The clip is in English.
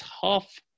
tough